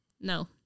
No